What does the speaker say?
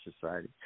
Society